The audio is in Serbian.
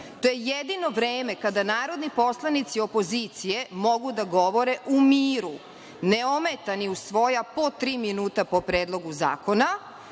To je jedino vreme kada narodni poslanici opozicije mogu da govore u miru, neometani u svoja po tri minuta po predlogu zakona,